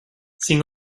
sin